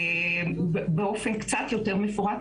באופן קצת יותר מפורט.